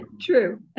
True